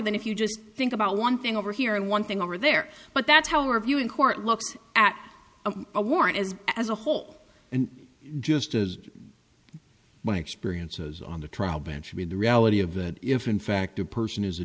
than if you just think about one thing over here and one thing over there but that's how our view in court looks at a warrant is as a whole and just as my experiences on the trial bench should be the reality of that if in fact a person is a